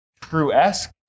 true-esque